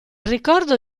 ricordo